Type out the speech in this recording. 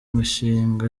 imishinga